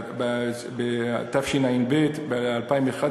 בתשע"ב, ב-2011,